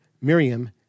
Miriam